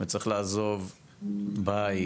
וצריך לעזוב בית,